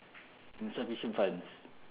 insufficient funds